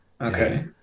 Okay